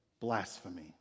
Blasphemy